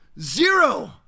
Zero